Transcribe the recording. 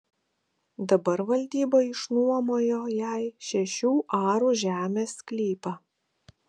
dabar valdyba išnuomojo jai šešių arų žemės sklypą